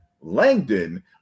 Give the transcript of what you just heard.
Langdon